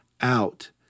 out